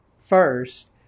first